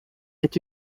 est